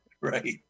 Right